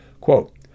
Quote